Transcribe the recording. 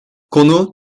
konu